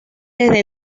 desde